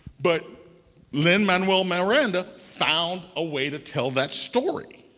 but lin-manuel miranda found a way to tell that story,